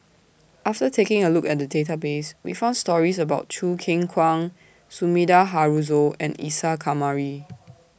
after taking A Look At The Database We found stories about Choo Keng Kwang Sumida Haruzo and Isa Kamari